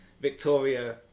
Victoria